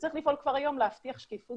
וצריך לפעול כבר היום להבטיח שקיפות